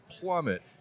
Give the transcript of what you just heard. plummet